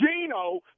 Gino